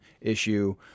issue